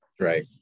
right